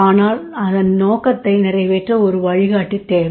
ஆனால் அந்த நோக்கத்தை நிறைவேற்ற ஒரு வழிகாட்டி தேவை